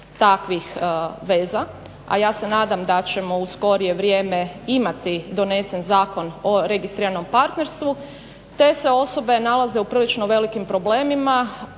takvih veza, a ja se nadam da ćemo u skorije vrijeme imati donesen zakon o registriranom partnerstvu, te se osobe nalaze u prilično velikim problemima